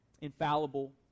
infallible